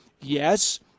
Yes